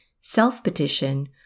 self-petition